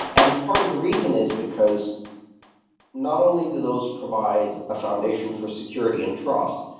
and part of the reason is because not only do those provide a foundation for security and trust,